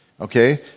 okay